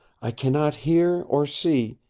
i cannot hear or see,